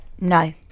No